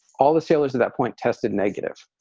all the sailors at that point tested negative.